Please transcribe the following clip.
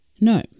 no